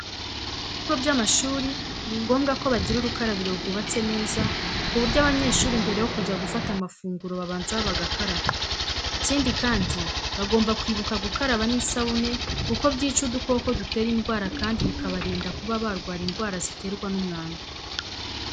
Mu bigo by'amashuri ni ngombwa ko bajyira urukarabiro rwubatse neza ,ku buryo abanyeshuri mbere yo kujya gufata amafunguro babanza bagakaraba. Icyindi kandi bagomba kwibuka gukaraba n'isabune kuko byica udukoko dutera indwara kandi bikabarinda kuba barwara indwara ziterwa n'umwanda.